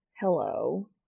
Hello